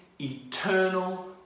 eternal